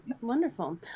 Wonderful